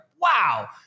wow